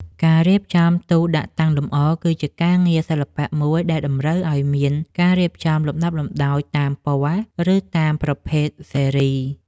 ការរៀបចំទូដាក់តាំងលម្អ គឺជាការងារសិល្បៈមួយដែលតម្រូវឱ្យមានការរៀបចំលំដាប់លំដោយតាមពណ៌ ឬតាមប្រភេទស៊េរី។